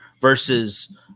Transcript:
versus